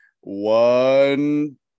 one